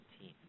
team